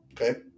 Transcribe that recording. Okay